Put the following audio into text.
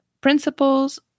principles